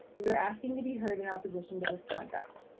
we were asking to be heard in opposition to this contract.